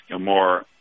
more